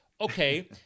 okay